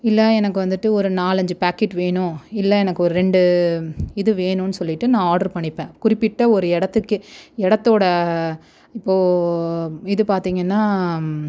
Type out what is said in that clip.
இல்லை எனக்கு வந்துட்டு ஒரு நாலு அஞ்சு பாக்கெட் வேணும் இல்லை எனக்கு ஒரு ரெண்டு இது வேணும்னு சொல்லிட்டு நான் ஆர்ட்ரு பண்ணிப்பேன் குறிப்பிட்ட ஒரு இடத்துக்கே இடத்தோட இப்போது இது பார்த்தீங்கன்னா